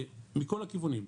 מכל הכיוונים.